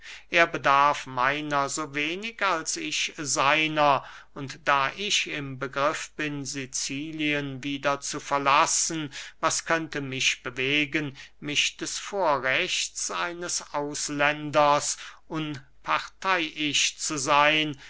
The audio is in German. er bedarf meiner so wenig als ich seiner und da ich im begriff bin sicilien wieder zu verlassen was könnte mich bewegen mich des vorrechts eines ausländers unparteyisch zu seyn